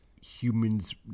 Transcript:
humans